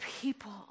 people